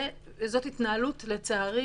זאת התנהלות לצערי